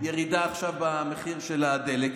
ירידה עכשיו במחיר של הדלק.